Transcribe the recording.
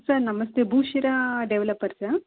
sir ನಮಸ್ತೆ ಭೂಶಿರ ಡೆವಲಪರ್ಸಾ